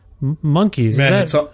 monkeys